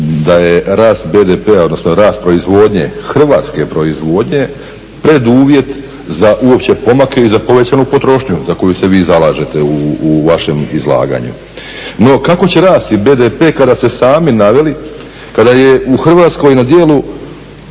da je rast BDP-a odnosno rast proizvodnje, hrvatske proizvodnje preduvjet za uopće pomake i za povećanju potrošnju za koju se vi zalažete u vašem izlaganju. No, kako će rasti BDP kada ste sami naveli, kada je u Hrvatskoj na dijelu